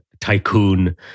tycoon